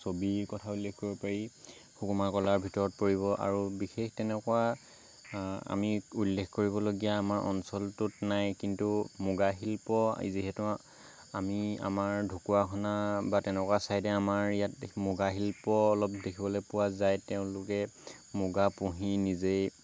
ছবিৰ কথা উল্লেখ কৰিব পাৰি সুকুমাৰ কলাৰ ভিতৰত পৰিব আৰু বিশেষ তেনেকুৱা আমি উল্লেখ কৰিবলগীয়া আমাৰ অঞ্চলটোত নাই কিন্তু মুগা শিল্প যিহেতু আমি আমাৰ ঢকুৱাখানা বা তেনেকুৱা চাইডে আমাৰ ইয়াত মুগা শিল্প অলপ দেখিবলৈ পোৱা যায় তেওঁলোকে মুগা পুহি নিজেই